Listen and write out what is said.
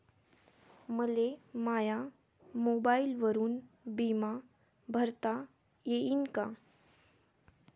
मले माया मोबाईलवरून बिमा भरता येईन का?